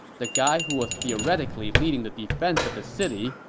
the guy who was theoretically leading the defense of the city,